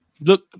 Look